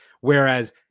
Whereas